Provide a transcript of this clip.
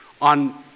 on